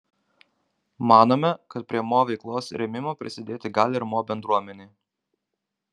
manome kad prie mo veiklos rėmimo prisidėti gali ir mo bendruomenė